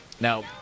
Now